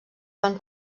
van